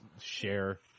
share